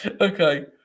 Okay